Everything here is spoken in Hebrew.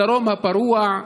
הדרום הפרוע,